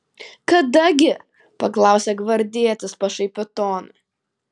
kada gi paklausė gvardietis pašaipiu tonu